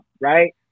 right